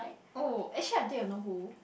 oh actually I think I know who